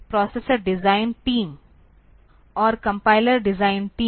तो पहले इस प्रोसेसर डिजाइन टीम और कम्पाइलर डिजाइन टीम